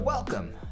Welcome